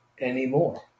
anymore